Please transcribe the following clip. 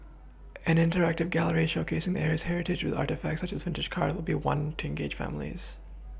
an interactive gallery showcasing the area's heritage with artefacts such as vintage cars will be one to engage families